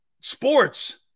Sports